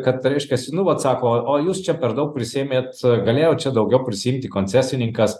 kad reiškias nu vat sako o o jūs čia per daug prisiėmėt galėjo čia daugiau prisiimti koncesininkas